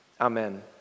Amen